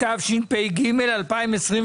התשפ"ג-2023.